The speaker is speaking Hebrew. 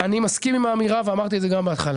אני מסכים עם האמירה, ואמרתי את זה גם בהתחלה.